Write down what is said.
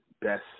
best